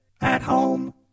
at-home